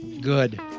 Good